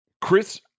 Chris